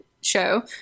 show